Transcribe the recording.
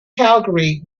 calgary